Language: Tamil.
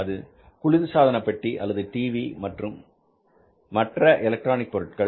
அது குளிர்சாதன பெட்டி அல்லது டிவி போன்றவை மற்ற எலக்ட்ரானிக் பொருட்கள்